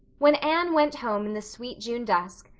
when anne went home in the sweet june dusk,